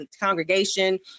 congregation